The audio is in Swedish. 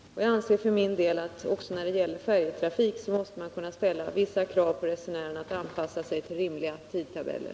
Också när det gäller färjetrafik måste man kunna ställa vissa krav på resenärerna att anpassa sig till rimliga tidtabeller.